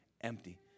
empty